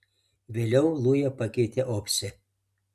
vėliau lują pakeitė opsė